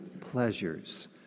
pleasures